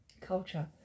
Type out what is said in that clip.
culture